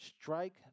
strike